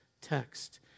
text